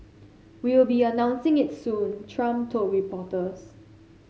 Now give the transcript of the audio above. we'll be announcing it soon Trump told reporters